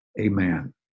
amen